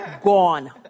gone